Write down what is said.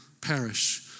perish